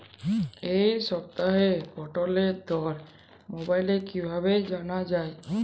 এই সপ্তাহের পটলের দর মোবাইলে কিভাবে জানা যায়?